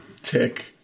tick